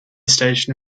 station